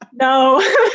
no